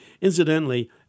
Incidentally